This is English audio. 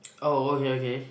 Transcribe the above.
oh okay okay